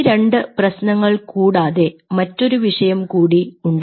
ഈ രണ്ട് പ്രശ്നങ്ങൾ കൂടാതെ മറ്റൊരു വിഷയം കൂടി ഉണ്ട്